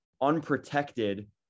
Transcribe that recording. unprotected